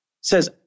says